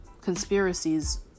conspiracies